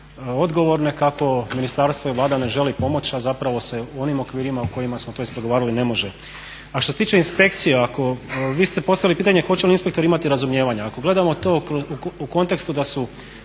odgovorne kako ministarstvo i Vlada ne želi pomoći, a zapravo se u onim okvirima u kojima smo to ispregovarali ne može. A što se tiče inspekcija, vi ste postavili pitanje hoće li inspektor imati razumijevanja, ako gledamo to u kontekstu da su